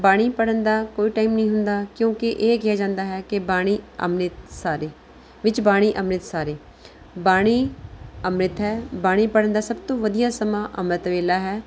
ਬਾਣੀ ਪੜ੍ਹਨ ਦਾ ਕੋਈ ਟਾਈਮ ਨਹੀਂ ਹੁੰਦਾ ਕਿਉਂਕਿ ਇਹ ਕਿਹਾ ਜਾਂਦਾ ਹੈ ਕਿ ਬਾਣੀ ਅੰਮ੍ਰਿਤੁ ਸਾਰੇ ਵਿੱਚ ਬਾਣੀ ਅੰਮ੍ਰਿਤੁ ਸਾਰੇ ਬਾਣੀ ਅੰਮ੍ਰਿਤ ਹੈ ਬਾਣੀ ਪੜ੍ਹਨ ਦਾ ਸਭ ਤੋਂ ਵਧੀਆ ਸਮਾਂ ਅੰਮ੍ਰਿਤ ਵੇਲਾ ਹੈ